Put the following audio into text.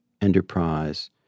enterprise